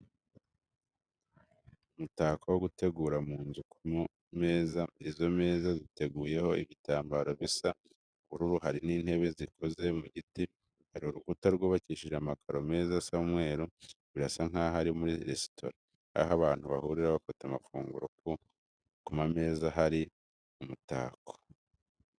Umutako wo gutegura mu nzu ku mameza. Izo meza ziteguyeho ibitambaro bisa ubururu, hari n'intebe zikoze mu giti. Hari urukuta rwubakishije amakaro meza asa umweru, birasa nkaho ari muri resitora, aho abantu bahurira bafata amafunguro, ku mameza hari umutako.